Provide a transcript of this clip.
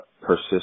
persist